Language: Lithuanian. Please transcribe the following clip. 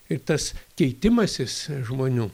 ir tas keitimasis žmonių